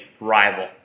rival